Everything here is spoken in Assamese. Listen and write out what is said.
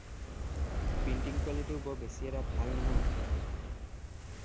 প্ৰিণ্টিং কোৱালিটীও বৰ বেছি এটা ভাল নহয়